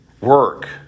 work